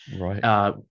Right